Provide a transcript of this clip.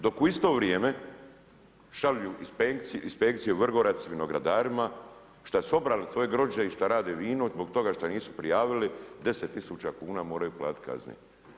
Dok u isto vrijeme šalju inspekcije Vrgorac vinogradarima, šta su obrali svoje grožđe i što radi vino, zbog toga što nisu prijavili 10 tisuća kn moraju platiti kaznu.